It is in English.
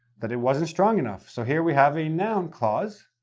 that it wasn't strong enough. so here we have a noun clause,